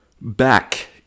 back